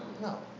No